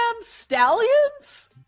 Stallions